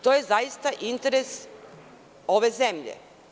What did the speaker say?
To je zaista interes ove zemlje.